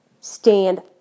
stand